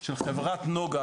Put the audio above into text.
של חברת נגה,